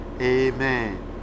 amen